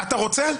אתה רוצה?